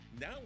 now